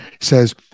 says